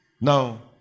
Now